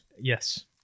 Yes